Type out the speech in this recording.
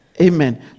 amen